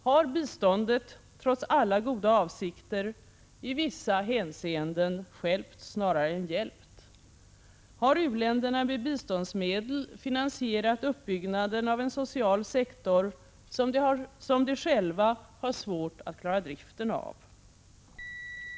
Har biståndet trots alla goda avsikter i vissa hänseenden stjälpt snarare än hjälpt? Har u-länderna med biståndsmedel finansierat uppbyggnaden av en social sektor som de har svårt att själva klara driften av?